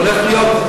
אבל הולך להיות,